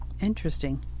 Interesting